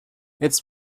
jetzt